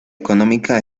económica